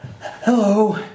Hello